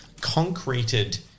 concreted